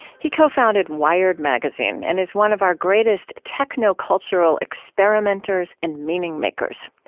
he co-founded wired magazine and is one of our greatest techno-cultural experimenters and meaning-makers.